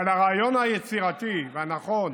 אבל הרעיון היצירתי והנכון,